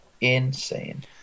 Insane